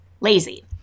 lazy